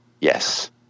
yes